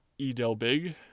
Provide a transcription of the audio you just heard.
eDelBig